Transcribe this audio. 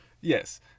Yes